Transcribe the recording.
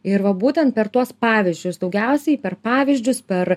ir va būtent per tuos pavyzdžius daugiausiai per pavyzdžius per